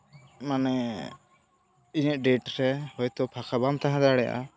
ᱢᱟᱱᱮ ᱤᱧᱟᱹᱜ ᱰᱮᱹᱴ ᱨᱮ ᱦᱳᱭᱛᱳ ᱯᱷᱟᱸᱠᱟ ᱵᱟᱢ ᱛᱟᱦᱮᱸ ᱫᱟᱲᱮᱭᱟᱜᱼᱟ